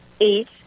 eight